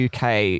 UK